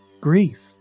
Grief